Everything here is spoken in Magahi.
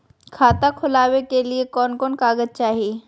खाता खोलाबे के लिए कौन कौन कागज चाही?